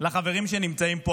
לחברים שנמצאים פה.